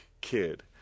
kid